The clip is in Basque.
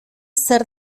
zer